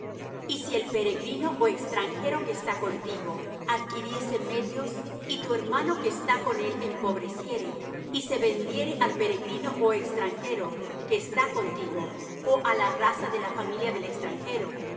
y si el peregrino ó extranjero que está contigo adquiriese medios y tu hermano que está con él empobreciere y se vendiere al peregrino ó extranjero que está contigo ó á la raza de la familia del extranjero